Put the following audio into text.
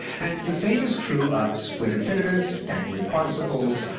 and the same is true of split infinitives, dangling participles,